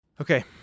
Okay